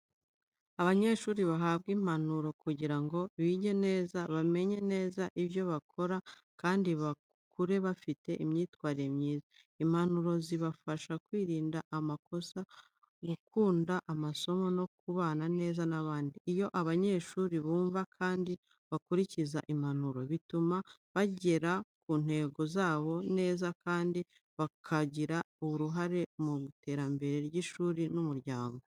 Abanyeshuri bahabwa impanuro kugira ngo bige neza, bamenye neza ibyo bakora kandi bakure bafite imyitwarire myiza. Impanuro zibafasha kwirinda amakosa, gukunda amasomo no kubana neza n’abandi. Iyo abanyeshuri bumva kandi bakurikiza impanuro, bituma bagera ku ntego zabo neza kandi bakagira uruhare mu iterambere ry’ishuri n’umuryango.